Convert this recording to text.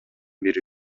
бери